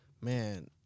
Man